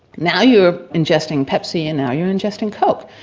now you're ingesting pepsi and now you're ingesting coke.